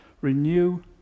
renew